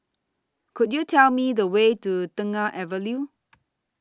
Could YOU Tell Me The Way to Tengah Avenue